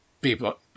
people